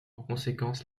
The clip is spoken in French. conséquence